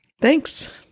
Thanks